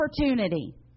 opportunity